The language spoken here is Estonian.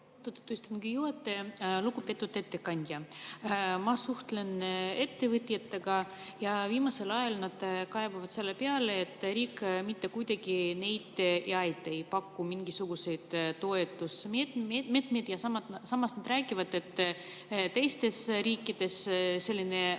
istungi juhataja! Lugupeetud ettekandja! Ma suhtlen ettevõtjatega ja viimasel ajal nad kaebavad selle üle, et riik neid mitte kuidagi ei aita, ei paku mingisuguseid toetusmeetmeid. Samas nad räägivad, et teistes riikides sellist